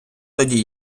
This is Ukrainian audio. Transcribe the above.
тоді